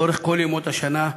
לאורך כל ימות השנה,